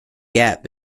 gap